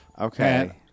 Okay